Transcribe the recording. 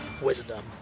Wisdom